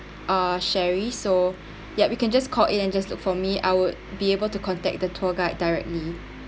uh sherri so ya we can just call in and just look for me I would be able to contact the tour guide directly